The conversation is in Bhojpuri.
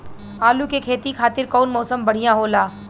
आलू के खेती खातिर कउन मौसम बढ़ियां होला?